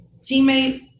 teammate